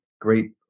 great